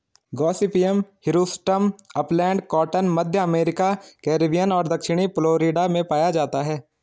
Gossypium hirsutum upland cotton, मध्य America, Caribbean और दक्षिणी फ्लोरिडा में पाया जाता है